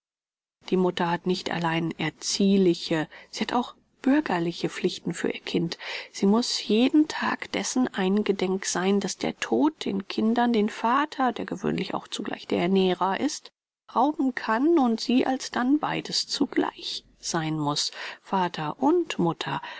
die mutter hat nicht allein erziehliche sie hat auch bürgerliche pflichten für ihr kind sie muß jeden tag dessen eingedenk sein daß der tod den kindern den vater der gewöhnlich auch zugleich der ernährer ist rauben kann und sie alsdann beides zugleich sein muß vater und mutter